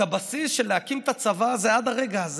הבסיס של להקים את הצבא, עד הרגע זה